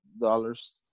dollars